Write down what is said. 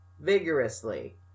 Vigorously